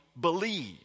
believe